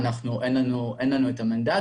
אין לנו את המנדט,